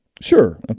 Sure